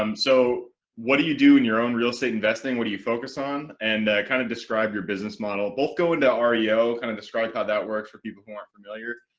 um so what do you do in your own real estate investing what do you focus on and kind of describe your business model both go into um reo kind of describe how that works for people who aren't familiar?